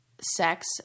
sex